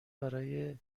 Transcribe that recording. برای